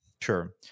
sure